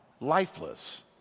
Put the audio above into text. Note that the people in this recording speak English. lifeless